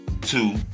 Two